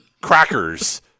crackers –